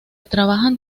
trabajan